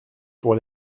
pour